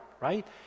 right